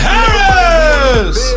Harris